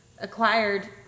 acquired